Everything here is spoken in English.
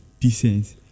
decent